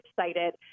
excited